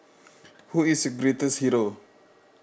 who is your greatest hero